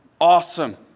awesome